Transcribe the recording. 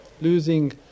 losing